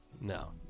No